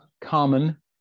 common